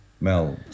Mel